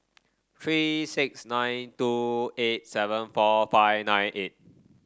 three six nine two eight seven four five nine eight